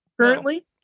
currently